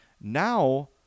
now